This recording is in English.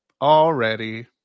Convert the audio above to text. Already